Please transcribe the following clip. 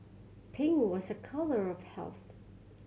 pink was a colour of health